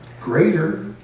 greater